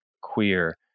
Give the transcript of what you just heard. queer